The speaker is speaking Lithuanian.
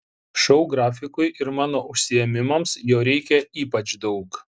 šou grafikui ir mano užsiėmimams jo reikia ypač daug